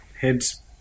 Heads